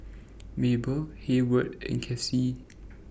Mable Heyward and Kassie